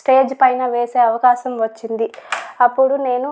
stage పైన వేసే అవకాశం వచ్చింది అప్పుడు నేను